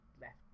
left